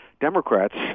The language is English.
Democrats